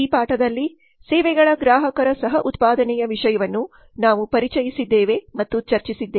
ಈ ಪಾಠದಲ್ಲಿ ಸೇವೆಗಳ ಗ್ರಾಹಕರ ಸಹ ಉತ್ಪಾದನೆಯ ವಿಷಯವನ್ನು ನಾವು ಪರಿಚಯಿಸಿದ್ದೇವೆ ಮತ್ತು ಚರ್ಚಿಸಿದ್ದೇವೆ